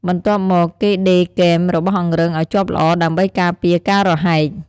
បន្ទាប់មកគេដេរគែមរបស់អង្រឹងឲ្យជាប់ល្អ ដើម្បីការពារការរហែក។